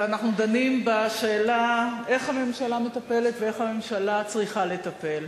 ואנחנו דנים בשאלה איך הממשלה מטפלת ואיך הממשלה צריכה לטפל.